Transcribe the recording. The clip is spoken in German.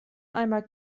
einmal